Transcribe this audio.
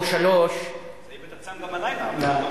או 15:00. אתה צם גם בלילה.